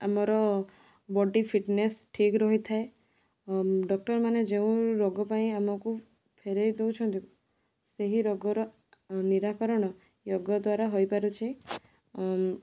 ଆମର body fitness ଠିକ୍ ରହିଥାଏ ଡ଼କ୍ଟର୍ମାନେ ଯେଉଁ ରୋଗପାଇଁ ଆମକୁ ଫେରେଇ ଦେଉଛନ୍ତି ସେହି ରୋଗର ନିରାକରଣ ୟୋଗ ଦ୍ୱାରା ହୋଇପାରୁଛି